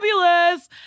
fabulous